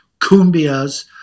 cumbias